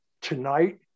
tonight